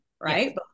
right